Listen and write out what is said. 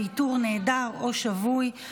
ואיתור נעדר או שבוי,